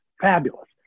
fabulous